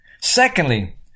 Secondly